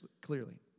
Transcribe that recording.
clearly